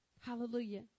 Hallelujah